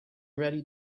ready